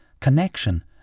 Connection